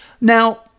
Now